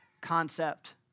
concept